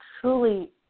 truly